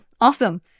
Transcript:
Awesome